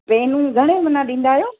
पेनूं घणे मन ॾींदा आहियो